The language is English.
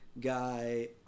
guy